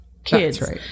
kids